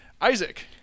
Isaac